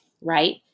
right